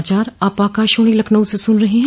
यह समाचार आप आकाशवाणी लखनऊ से सुन रहे हैं